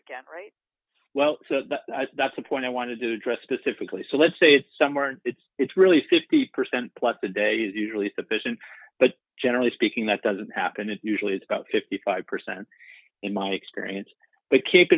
again right well that's the point i wanted to dress specifically so let's say it's somewhere and it's it's really fifty percent plus today is usually sufficient but generally speaking that doesn't happen it usually is about fifty five percent in my experience but keep